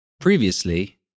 Previously